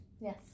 Yes